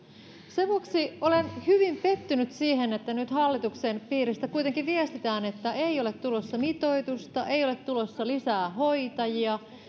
sen vuoksi olen hyvin pettynyt siihen että nyt hallituksen piiristä kuitenkin viestitään että ei ole tulossa mitoitusta ei ole tulossa lisää hoitajia